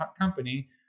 company